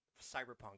Cyberpunk